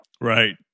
right